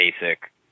basic